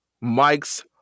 Mike's